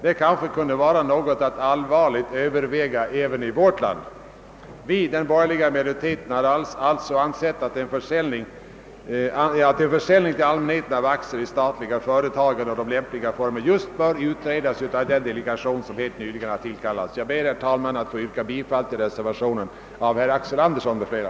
Det kanske kunde vara något att allvarligt överväga även i vårt land? Vi, den borgerliga minoriteten, har alltså ansett att en försäljning till allmänheten av aktier i statliga företag under lämpliga former bör utredas av den delegation som nyligen har tillkallats. Jag ber, herr talman, att få yrka bifall till reservationen av herr Axel Andersson m.fl.